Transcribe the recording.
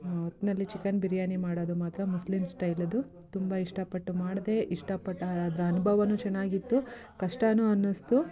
ಒಟ್ಟಿನಲ್ಲಿ ಚಿಕನ್ ಬಿರಿಯಾನಿ ಮಾಡೋದು ಮಾತ್ರ ಮುಸ್ಲಿಮ್ ಸ್ಟೈಲ್ ಅದು ತುಂಬ ಇಷ್ಟ ಪಟ್ಟು ಮಾಡಿದೆ ಇಷ್ಟ ಪಟ್ಟು ಅದ್ರ ಅನುಭವನು ಚೆನ್ನಾಗಿತ್ತು ಕಷ್ಟ ಅನ್ನಿಸ್ತು